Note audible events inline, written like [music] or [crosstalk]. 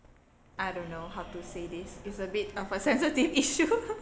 I don't know how to say this it's a bit of a sensitive issue [laughs]